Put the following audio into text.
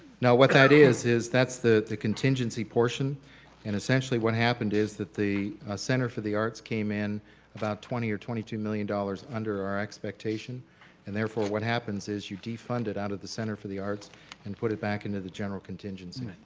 now what the idea is is that's the the contingency portion and essentially what happened is that the center for the arts arts came in about twenty or twenty two million dollars under our expectation and therefore what happens is you defund it out of the center for the arts and put it back into the general contingency? right.